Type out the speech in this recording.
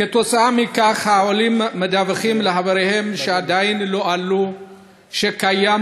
בשל כך עולים מדווחים לחבריהם שעדיין לא עלו שקיים